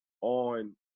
on